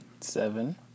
Seven